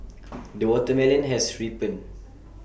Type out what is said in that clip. the watermelon has ripened